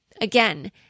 Again